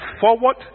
forward